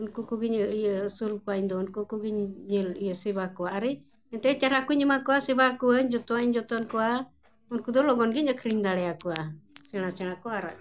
ᱩᱱᱠᱩ ᱠᱚᱜᱮ ᱤᱭᱟᱹ ᱟᱹᱥᱩᱞ ᱠᱚᱣᱟᱧ ᱫᱚ ᱩᱱᱠᱩ ᱠᱚᱜᱮᱧ ᱧᱮᱞ ᱤᱭᱟᱹ ᱥᱮᱵᱟ ᱠᱚᱣᱟ ᱟᱨᱮ ᱮᱱᱛᱮ ᱪᱟᱨᱦᱟ ᱠᱚᱧ ᱮᱢᱟ ᱠᱚᱣᱟ ᱥᱮᱵᱟ ᱠᱚᱣᱟᱧ ᱡᱚᱛᱚᱧ ᱡᱚᱛᱚᱱ ᱠᱚᱣᱟ ᱩᱱᱠᱩ ᱫᱚ ᱞᱚᱜᱚᱱ ᱜᱤᱧ ᱟᱹᱠᱷᱨᱤᱧ ᱫᱟᱲᱮ ᱟᱠᱚᱣᱟ ᱥᱮᱬᱟ ᱥᱮᱬᱟ ᱠᱚ ᱟᱨ